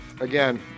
Again